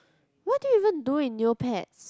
what do you even do in Neopets